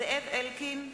זאב אלקין,